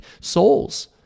souls